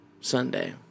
Sunday